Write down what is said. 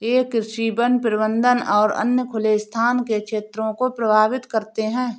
ये कृषि, वन प्रबंधन और अन्य खुले स्थान के क्षेत्रों को बहुत प्रभावित करते हैं